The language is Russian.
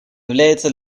является